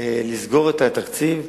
לסגור את התקציב,